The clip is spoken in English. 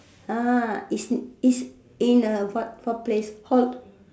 it's it's in a what place